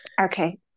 Okay